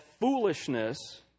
foolishness